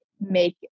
make